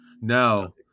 No